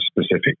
specific